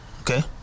Okay